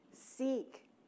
Seek